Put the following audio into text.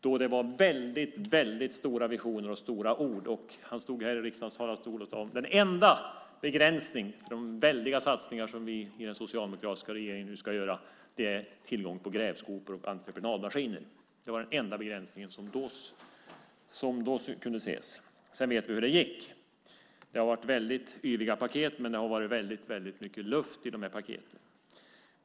Då var det väldigt stora visioner och stora ord. Rosengren stod här i riksdagens talarstol och sade: Den enda begränsningen för de väldiga satsningar som vi i den socialdemokratiska regeringen nu ska göra är tillgången på grävskopor och entreprenadmaskiner. Det var den enda begränsning som då kunde ses. Hur det sedan gick vet vi. Det har varit väldigt yviga paket och mycket luft i paketen.